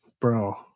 Bro